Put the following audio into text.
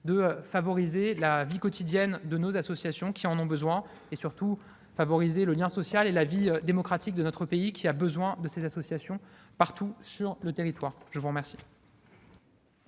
de faciliter la vie quotidienne de nos associations, qui en ont besoin, et surtout de renforcer le lien social et la vie démocratique de notre pays, qui a besoin de ces associations partout sur le territoire. La parole